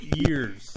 years